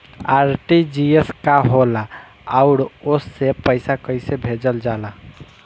RTGS का होला आउरओ से पईसा कइसे भेजल जला?